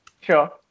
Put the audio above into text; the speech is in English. Sure